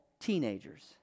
teenagers